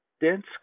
Dense